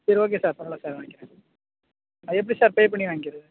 சரி okay sir பரவாயில்ல sir நான் வாங்கிக்கிறேன் அது எப்படி சார் பே பண்ணி வாங்கிக்கிறது